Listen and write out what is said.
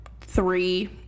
three